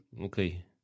Okay